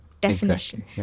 definition